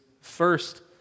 first